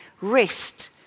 rest